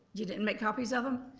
you didn't make copies of em?